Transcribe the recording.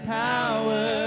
power